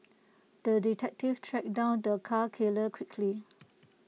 the detective tracked down the cat killer quickly